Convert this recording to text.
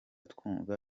twumva